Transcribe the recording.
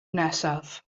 nesaf